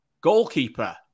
Goalkeeper